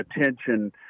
attention